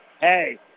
hey